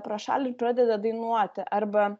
pro šalį ir pradeda dainuoti arba